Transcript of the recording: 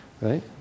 Right